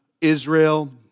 Israel